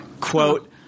Quote